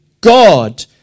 God